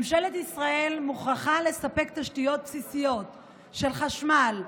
ממשלת ישראל מוכרחה לספק תשתיות בסיסיות של חשמל,